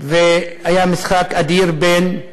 והיה משחק אדיר בין,